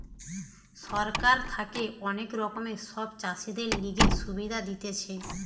সরকার থাকে অনেক রকমের সব চাষীদের লিগে সুবিধা দিতেছে